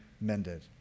mended